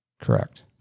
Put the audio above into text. Correct